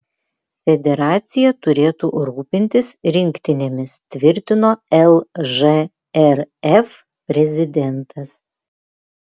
federacija turėtų rūpintis rinktinėmis tvirtino lžrf prezidentas